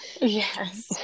Yes